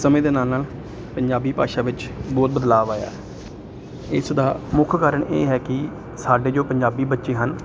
ਸਮੇਂ ਦੇ ਨਾਲ ਨਾਲ ਪੰਜਾਬੀ ਭਾਸ਼ਾ ਵਿੱਚ ਬਹੁਤ ਬਦਲਾਅ ਆਇਆ ਇਸ ਦਾ ਮੁੱਖ ਕਾਰਨ ਇਹ ਹੈ ਕਿ ਸਾਡੇ ਜੋ ਪੰਜਾਬੀ ਬੱਚੇ ਹਨ